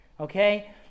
Okay